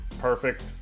Perfect